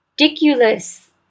ridiculous